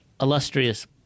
illustrious